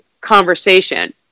conversation